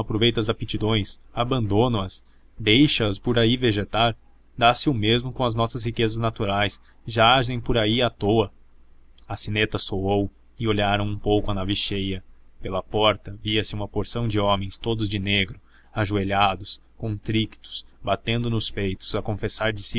as aptidões abandona as deixa as por aí vegetar dá-se o mesmo com as nossas riquezas naturais jazem por aí à toa a sineta soou e olharam um pouco a nave cheia pela porta via-se uma porção de homens todos de negro ajoelhados contritos batendo nos peitos a confessar de si